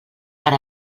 per